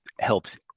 helps